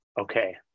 okay